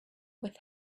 with